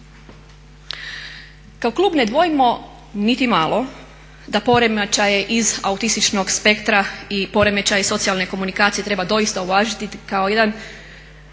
Kao klub ne dvojimo niti malo da poremećaje iz autističnog spektra i poremećaje iz socijalne komunikacije treba doista uvažiti kao jedan